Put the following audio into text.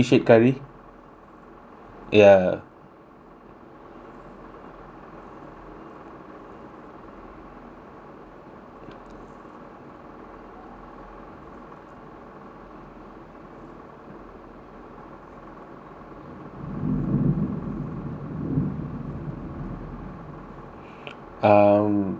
ya um